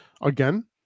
again